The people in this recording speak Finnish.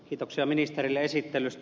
kiitoksia ministerille esittelystä